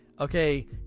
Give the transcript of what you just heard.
Okay